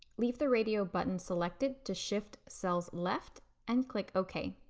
leave the radio button selected to shift cells left and click okay.